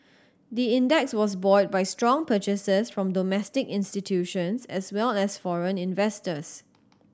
the index was buoyed by strong purchases from domestic institutions as well as foreign investors